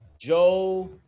Joe